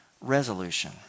resolution